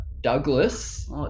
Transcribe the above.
douglas